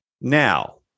Now